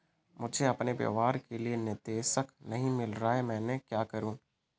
मुझे अपने व्यापार के लिए निदेशक नहीं मिल रहा है मैं क्या करूं?